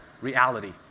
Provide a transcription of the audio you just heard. reality